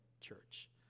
church